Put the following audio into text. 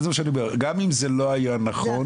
גם אם זה לא היה נכון,